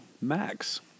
Max